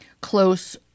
close